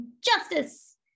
justice